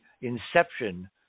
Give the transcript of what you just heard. inception